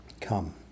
Come